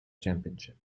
championship